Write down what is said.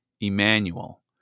Emmanuel